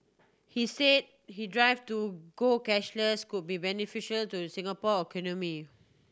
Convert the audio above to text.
he say he drive to go cashless could be beneficial to Singapore economy